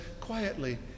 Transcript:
quietly